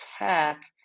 attack